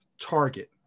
target